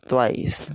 Twice